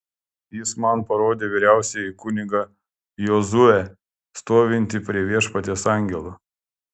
jis man parodė vyriausiąjį kunigą jozuę stovintį prie viešpaties angelo